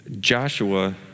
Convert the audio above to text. Joshua